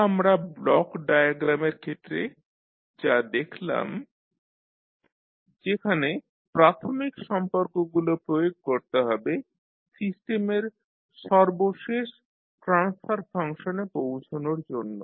এটা আমরা ব্লক ডায়াগ্রামের ক্ষেত্রে যা দেখলাম যেখানে প্রাথমিক সম্পর্কগুলো প্রয়োগ করতে হবে সিস্টেমের সর্বশেষ ট্রান্সফার ফাংশনে পৌঁছনোর জন্য